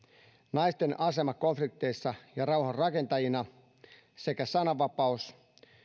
naisten asema konflikteissa ja rauhanrakentajina sekä sananvapaus